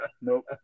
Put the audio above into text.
Nope